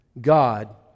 God